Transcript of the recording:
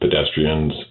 pedestrians